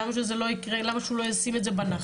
למה שהוא לא ישים את זה בנחל?